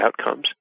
outcomes